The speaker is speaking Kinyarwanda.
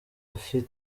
ifite